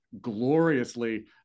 gloriously